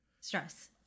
stress